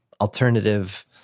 alternative